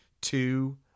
two